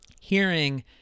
Hearing